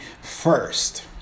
first